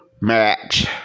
match